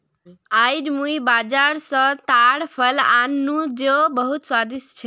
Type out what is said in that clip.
आईज मुई बाजार स ताड़ फल आन नु जो बहुत स्वादिष्ट छ